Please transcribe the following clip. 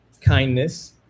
kindness